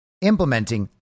implementing